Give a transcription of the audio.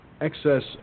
excess